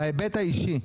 בהיבט האישי,